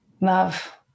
love